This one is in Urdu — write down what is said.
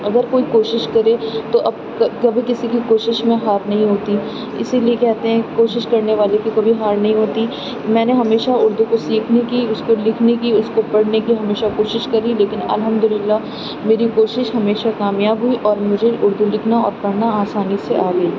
اگر کوئی کوشش کرے تو کبھی کسی کی کوشش میں ہار نہیں ہوتی اسی لیے کہتے ہیں کوشش کرنے والے کی کبھی ہار نہیں ہوتی میں ہمیشہ اردو کو سیکھنے کی اس کو لکھنے کی اس کو پڑھنے کی ہمیشہ کوشش کری لیکن الحمد للہ میری کوشش ہمیشہ کامیاب ہوئی اور مجھے اردو لکھنا اور پڑھنا آسانی سے آ گئی